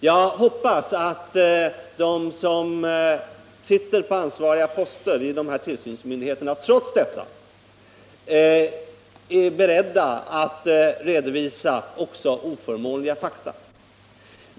Jag hoppas att de som sitter på ansvariga poster i vederbörande tillsynsmyndigheter trots detta är beredda att redovisa också oförmånliga fakta.